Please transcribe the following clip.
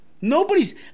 Nobody's